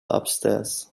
upstairs